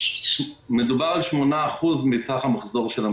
מדובר על 8% מסך המחזור.